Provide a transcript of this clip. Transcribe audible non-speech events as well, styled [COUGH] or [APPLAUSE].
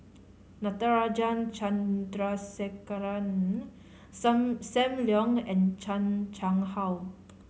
Natarajan Chandrasekaran [UNINTELLIGIBLE] Sam Leong and Chan Chang How